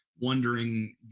wondering